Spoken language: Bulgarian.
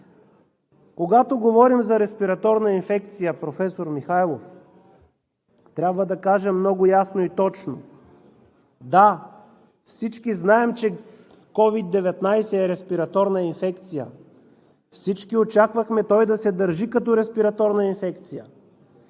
Когато говорим за респираторна инфекция, професор Михайлов, трябва да кажем много ясно и точно: да, всички знаем, че COVID-19 е респираторна инфекция, всички очаквахме той да се държи като респираторна инфекция.